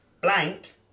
Blank